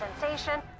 sensation